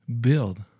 build